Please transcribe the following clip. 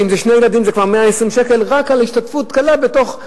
ואם זה שני ילדים זה כבר 120 שקלים רק על השתתפות קלה בתרופות.